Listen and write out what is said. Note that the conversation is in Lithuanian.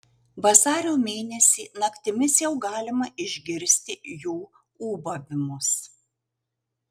vasario mėnesį naktimis jau galima išgirsti jų ūbavimus